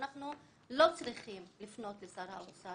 שאנחנו לא צריכים לפנות לשר האוצר